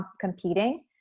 competing